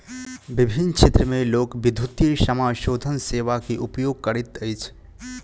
विभिन्न क्षेत्र में लोक, विद्युतीय समाशोधन सेवा के उपयोग करैत अछि